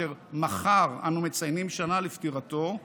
אשר מחר אנו מציינים שנה לפטירתו,